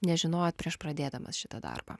nežinojot prieš pradėdamas šitą darbą